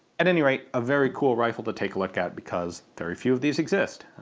at any rate, a very cool rifle to take a look at because very few of these exist.